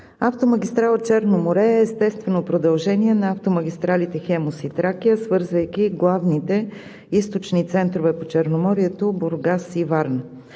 Автомагистрала „Черно море“ е естествено продължение на автомагистралите „Хемус“ и „Тракия“, свързвайки и главните източни центрове по Черноморието – Бургас и Варна.